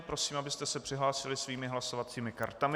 Prosím, abyste se přihlásili svými hlasovacími kartami.